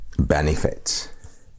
benefits